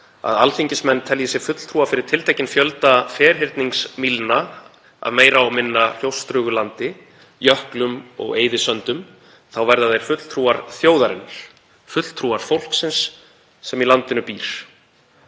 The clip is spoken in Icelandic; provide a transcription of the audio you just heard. að alþingismenn telji sig fulltrúa fyrir tiltekinn fjölda ferhyrningsmílna af meira og minna hrjóstrugu landi, jöklum og eyðisöndum, þá verða þeir fulltrúar þjóðarinnar, fulltrúar fólksins, sem í landinu býr.“